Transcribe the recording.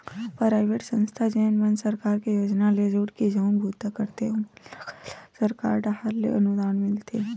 private संस्था जेन मन सरकार के योजना ले जुड़के जउन बूता करथे ओमन ल घलो सरकार डाहर ले अनुदान मिलथे